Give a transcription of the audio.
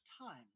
time